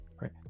right